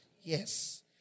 Yes